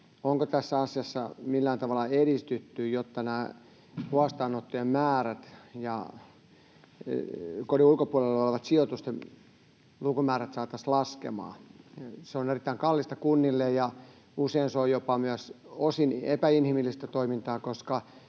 onko tässä asiassa millään tavalla edistytty, jotta huostaanottojen määrät ja kodin ulkopuolella olevien sijoitusten lukumäärät saataisiin laskemaan? Se on erittäin kallista kunnille, ja usein se on osin myös jopa epäinhimillistä toimintaa, koska